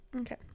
Okay